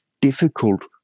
difficult